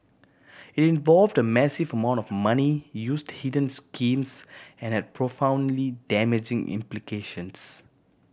involved a massive amount of money used hidden schemes and had profoundly damaging implications